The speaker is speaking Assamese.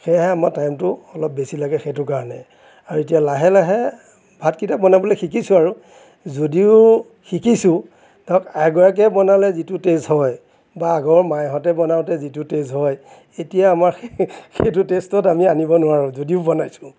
সেয়েহে আমাৰ টাইমটো অলপ বেছি লাগে সেইটো কাৰণে আৰু এতিয়া লাহে লাহে ভাতকিটা বনাবলৈ শিকিছোঁ আৰু যদিও শিকিছোঁ ধৰক আইগৰাকীয়ে বনালে যিটো টেষ্ট হয় বা আগৰ মাহঁতে বনাওঁতে যিটো টেষ্ট হয় এতিয়া আমাৰ সেই সেইটো টেষ্টত আমি আনিব নোৱাৰোঁ যদিও বনাইছোঁ